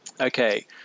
Okay